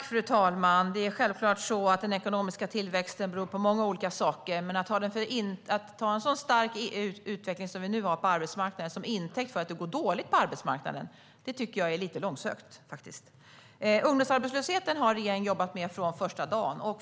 Fru talman! Den ekonomiska tillväxten beror självfallet på många olika saker, men att ta en så stark utveckling som vi nu har på arbetsmarknaden till intäkt för att det går dåligt där tycker jag faktiskt är lite långsökt. Ungdomsarbetslösheten har regeringen jobbat med från första dagen.